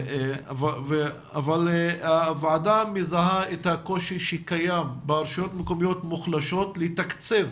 אבל הוועדה מזהה את הקושי שקיים ברשויות מקומיות מוחלשות לתקצב